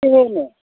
کِہیٖنۍ نہٕ